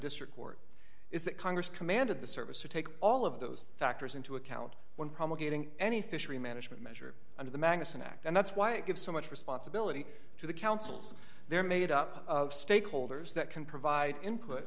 district court is that congress commanded the service to take all of those factors into account when promulgating any fishery management measure under the magnusson act and that's why it gives so much responsibility to the councils they're made up of stakeholders that can provide input